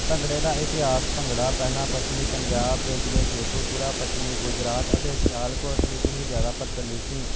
ਭੰਗੜੇ ਦਾ ਇਤਿਹਾਸ ਭੰਗੜਾ ਪਹਿਲਾਂ ਪੱਛਮੀ ਪੰਜਾਬ ਦੇ ਜਿਹੜੇ ਸ਼ੇਖੂਪੁਰਾ ਪੱਛਮੀ ਗੁਜਰਾਤ ਅਤੇ ਸਿਆਲਕੋਟ ਵਿੱਚ ਹੀ ਜ਼ਿਆਦਾ ਪ੍ਰਚਲਿਤ ਸੀ